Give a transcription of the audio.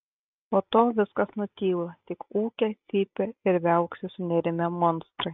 po to viskas nutyla tik ūkia cypia ir viauksi sunerimę monstrai